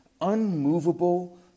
unmovable